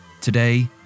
Today